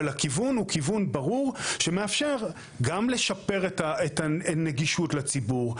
אבל הכיוון הוא כיוון ברור שמאפשר גם לשפר את הנגידות לציבור.